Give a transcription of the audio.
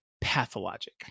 pathologic